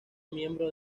miembro